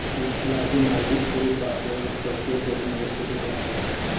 log in ID अउरी password तोहके गोपनीय रखे के पड़त हवे